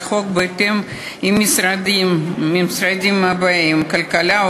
החוק בתיאום עם המשרדים הבאים: הכלכלה,